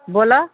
बोलऽ